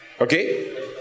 okay